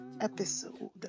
episode